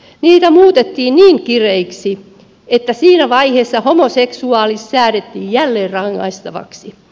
niitä muutettiin niin kireiksi että siinä vaiheessa homoseksuaalisuus säädettiin jälleen rangaistavaksi